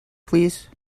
please